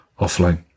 offline